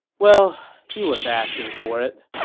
well, he was asking for it.